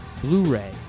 Blu-ray